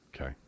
Okay